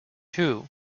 too